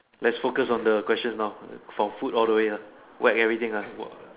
let's focus on the questions now for food all the way ah whack everything ah